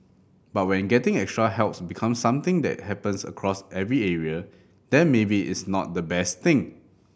but when getting extra helps becomes something that happens across every area then maybe it's not the best thing